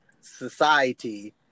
society